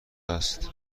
است